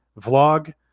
vlog